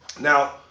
Now